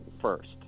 first